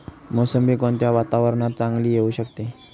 मोसंबी कोणत्या वातावरणात चांगली येऊ शकते?